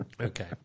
Okay